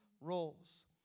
roles